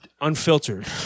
unfiltered